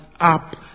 up